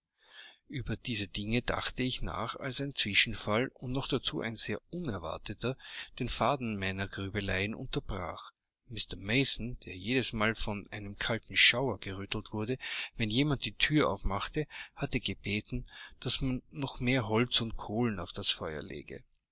über diese dinge dachte ich nach als ein zwischenfall und noch dazu ein sehr unerwarteter den faden meiner grübeleien unterbrach mr mason der jedesmal von einem kalten schauer gerüttelt wurde wenn jemand die thür aufmachte hatte gebeten daß man noch mehr holz und kohlen auf das feuer lege